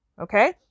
Okay